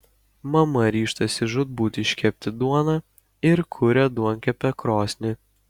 mama ryžtasi žūtbūt iškepti duoną ir kuria duonkepę krosnį